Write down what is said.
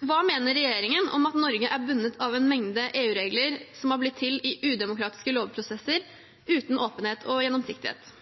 Hva mener regjeringen om at Norge er bundet av en mengde EU-regler som har blitt til i udemokratiske lovprosesser uten åpenhet og gjennomsiktighet?